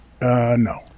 No